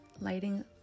lighting